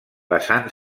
basant